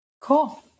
cool